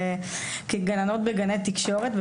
כגננות בגני תקשורת.